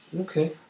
Okay